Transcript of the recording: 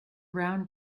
round